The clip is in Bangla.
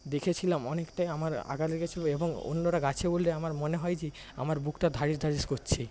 দেখেছিলাম অনেকটাই আমার আঘাত লেগেছিল এবং অন্যরা গাছে উঠলে আমার মনে হয় যে আমার বুকটা ধাড়াস ধাড়াস করছে